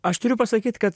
aš turiu pasakyt kad